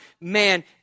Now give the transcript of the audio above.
man